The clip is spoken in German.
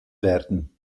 werden